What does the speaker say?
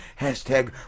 hashtag